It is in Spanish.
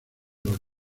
los